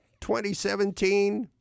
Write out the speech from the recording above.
2017